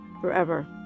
forever